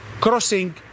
crossing